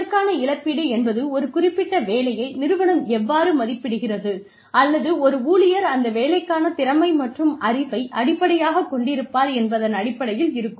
இதற்கான இழப்பீடு என்பது ஒரு குறிப்பிட்ட வேலையை நிறுவனம் எவ்வாறு மதிப்பிடுகிறது அல்லது ஒரு ஊழியர் அந்த வேலைக்கான திறமை மற்றும் அறிவை அடிப்படையாகக் கொண்டிருப்பார் என்பதன் அடிப்படையில் இருக்கும்